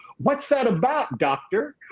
what's that about, doctor?